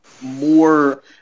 more